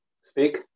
Speak